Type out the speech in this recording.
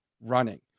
running